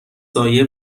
سایه